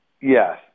Yes